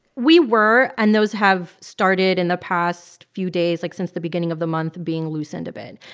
we were. and those have started, in the past few days like, since the beginning of the month being loosened a bit.